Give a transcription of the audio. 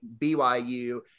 BYU